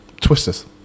Twisters